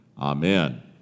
Amen